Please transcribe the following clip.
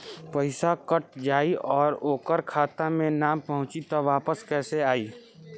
पईसा कट जाई और ओकर खाता मे ना पहुंची त वापस कैसे आई?